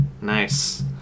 Nice